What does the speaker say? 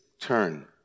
turn